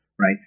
Right